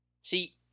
See